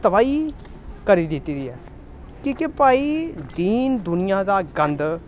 तबाही करी दित्ती दी ऐ कि के भाई दीन दुनिया दा गंद